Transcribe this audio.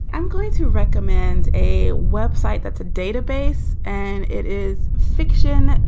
i'm going to recommend a web site that's a database and it is fiction.